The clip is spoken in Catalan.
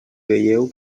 veieu